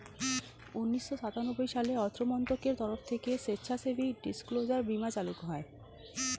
উন্নিশো সাতানব্বই সালে অর্থমন্ত্রকের তরফ থেকে স্বেচ্ছাসেবী ডিসক্লোজার বীমা চালু হয়